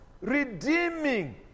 redeeming